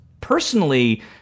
personally